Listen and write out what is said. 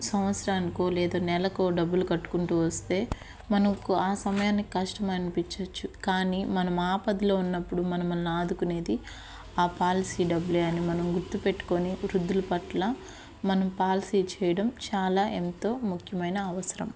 సంవత్సరానికో లేదో నెలకో డబ్బులు కట్టుకుంటూ వస్తే మనకు ఆ సమయానికి కష్టం అనిపించవచ్చు కానీ మనం ఆపదలో ఉన్నప్పుడు మనలను ఆదుకునేది ఆ పాలసీ డబ్బులే అని మనం గుర్తు పెట్టుకొని వృద్ధుల పట్ల మనం పాలసీ చేయడం చాలా ఎంతో ముఖ్యమైన అవసరం